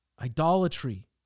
idolatry